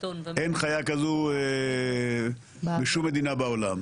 אין חיה כזו בשום מדינה בעולם.